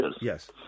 Yes